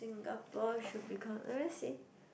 Singapore should become let me see